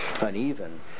uneven